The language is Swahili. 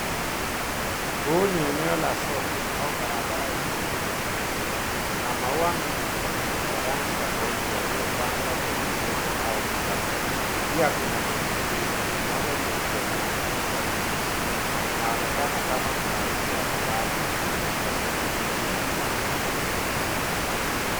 Huu ni eneo la soko au barabara lenye shughuli nyingi. Kuna maua mengi ya rangi tofauti yaliyopangwa kwenye vyombo au vikapu. Pia kuna viti mbili, kimoja cheupe na kingine cha bluu na kinaonekana kama kuna mtu amekaa kwenye kimoja cha viti hivyo.